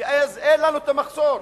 ואז אין לנו מחסור,